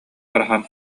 ыарахан